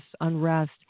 unrest